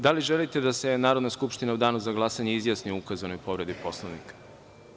Da li želite da se Narodna skupština u danu za glasanje izjasni o ukazanoj povredi Poslovnika?